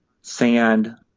sand